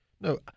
No